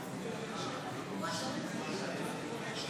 ההצבעה: 16